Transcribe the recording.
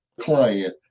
client